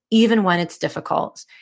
even when it's difficult,